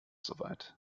soweit